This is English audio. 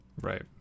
Right